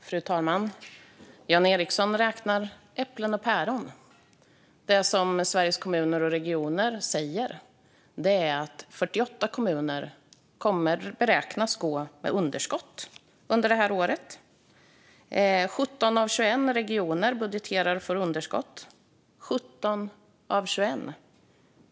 Fru talman! Jan Ericson räknar äpplen och päron. Det som Sveriges Kommuner och Regioner säger är att 48 kommuner beräknas gå med underskott under detta år. 17 av 21 regioner budgeterar för underskott.